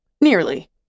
Nearly